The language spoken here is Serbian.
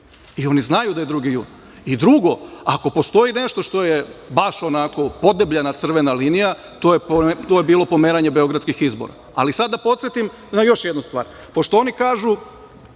i oni znaju da je 2. jun. Drugo, ako postoji nešto što je baš onako, podebljana crvena linija, to je bilo pomeranje beogradskih izbora. Sada da podsetim na još jednu stvar, pošto oni kažu